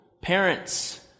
Parents